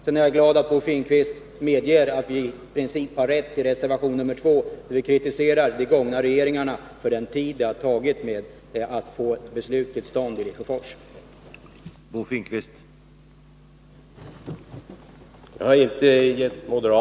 Sedan är jag glad att Bo Finnkvist medger att vi i princip har rätt i reservation nr 2, där vi kritiserar de två tidigare regeringarna för den tid det har tagit att få ett beslut till stånd beträffande Lesjöfors.